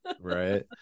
Right